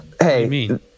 hey